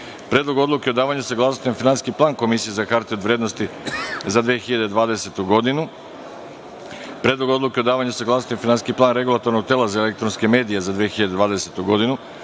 Predlog odluke o davanju saglasnosti na Finansijski plan Komisije za hartije od vrednosti za 2020. godinu;9. Predlog odluke o davanju saglasnosti na Finansijski plan Regulatornog tela za elektronske medije za 2020. godinu;10.